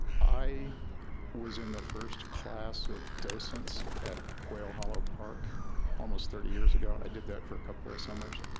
i was in the first class of docents at quail hollow park almost thirty years ago. i did that for a couple of summers.